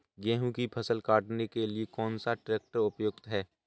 गेहूँ की फसल काटने के लिए कौन सा ट्रैक्टर उपयुक्त है?